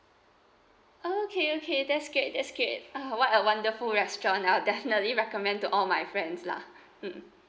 okay okay that's great that's great ah what a wonderful restaurant I'll definitely recommend to all my friends lah mm